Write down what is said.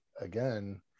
again